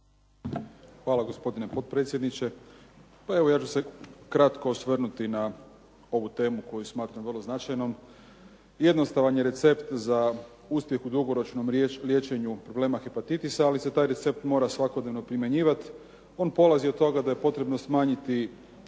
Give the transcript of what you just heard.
Hvala, gospodine potpredsjedniče. Pa evo ja ću se kratko osvrnuti na ovu temu koju smatram vrlo značajnom. Jednostavan je recept za uspjeh u dugoročnom liječenju problema hepatitisa, ali se taj recept mora svakodnevno primjenjivat. On polazi od toga da je potrebno smanjiti